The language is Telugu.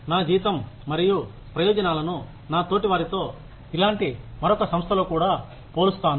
నా జీతం మరియు ప్రయోజనాలను నా తోటి వారితో ఇలాంటి మరొక సంస్థలో కూడా పోలుస్తాను